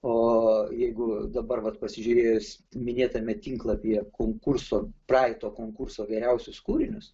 o jeigu dabar vat pasižiūrėjus minėtame tinklapyje konkurso praeito konkurso geriausius kūrinius